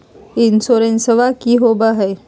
इंसोरेंसबा की होंबई हय?